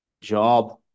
job